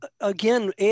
Again